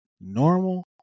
normal